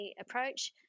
approach